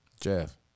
Jeff